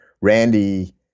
Randy